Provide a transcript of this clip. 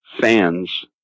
fans